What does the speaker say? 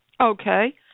Okay